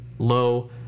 low